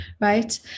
right